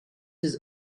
his